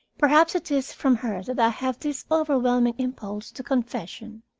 perhaps it is from her that i have this overwhelming impulse to confession.